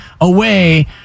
away